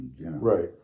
Right